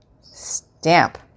stamp